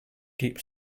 keep